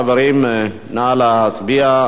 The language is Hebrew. חברים, נא להצביע.